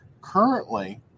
Currently